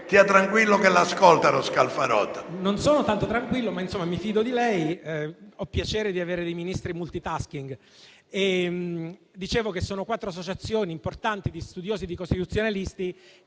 Non sono tanto tranquillo, ma, insomma, mi fido di lei e ho piacere di avere dei Ministri *multitasking*. Dicevo che sono quattro associazioni importanti di studiosi e di costituzionalisti,